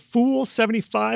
Fool75